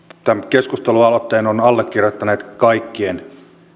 puhemies tämän keskustelualoitteen ovat allekirjoittaneet kaikkien